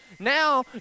Now